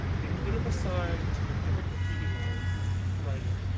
they put up a sign to inhibit graffiti like writing,